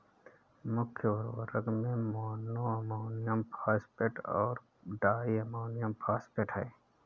मुख्य उर्वरक में मोनो अमोनियम फॉस्फेट और डाई अमोनियम फॉस्फेट हैं